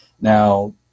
Now